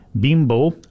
Bimbo